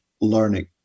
learning